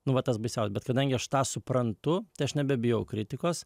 nu vat tas baisia bet kadangi aš tą suprantu tai aš nebebijau kritikos